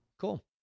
cool